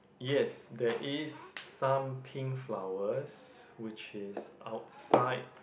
yes there is some pink flowers which is outside